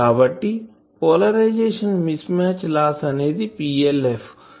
కాబట్టి polarisation mismatch loss అనేది PLF